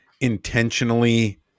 intentionally